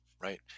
Right